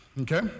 okay